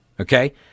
Okay